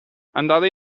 andare